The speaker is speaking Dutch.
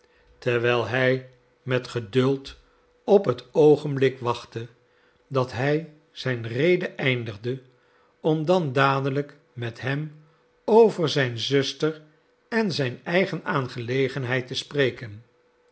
terwijl hij met geduld op het oogenblik wachtte dat hij zijn rede eindigde om dan dadelijk met hem over zijn zuster en zijn eigen aangelegenheid te spreken